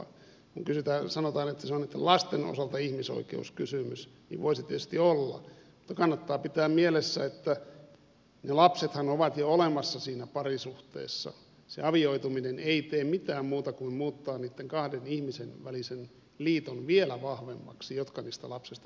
kun sanotaan että se on niitten lasten osalta ihmisoikeuskysymys niin voi se tietysti olla mutta kannattaa pitää mielessä että ne lapsethan ovat jo olemassa siinä parisuhteessa se avioituminen ei tee mitään muuta kuin muuttaa niitten kahden ihmisen välisen liiton vielä vahvemmaksi jotka niistä lapsista pitävät huolta